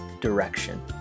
direction